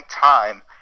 time